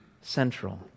central